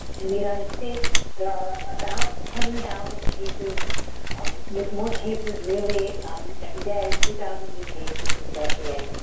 in the united states, there are about ten thousand cases with more cases really every day, three thousand new cases since yesterday.